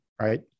right